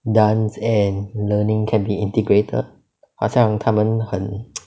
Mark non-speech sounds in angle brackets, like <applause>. dance and learning can be integrated 好像它们很 <noise>